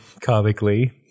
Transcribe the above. comically